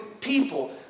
people